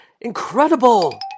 incredible